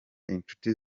inshuti